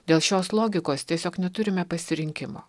dėl šios logikos tiesiog neturime pasirinkimo